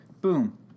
Boom